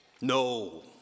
No